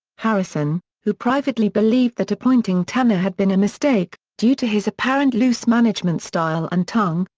harrison, who privately believed that appointing tanner had been a mistake, due to his apparent loose management style and tongue,